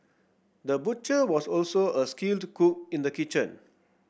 the butcher was also a skilled cook in the kitchen